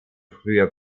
früher